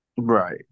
Right